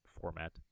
format